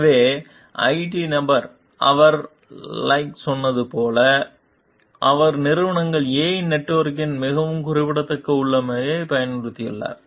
எனவே ஐடி நபர் அவர் லைக் சொன்னது போல அவர் நிறுவனங்கள் A இன் நெட்வொர்க்கின் மிகவும் குறிப்பிட்ட உள்ளமைவைப் பயன்படுத்தியுள்ளார்